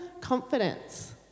confidence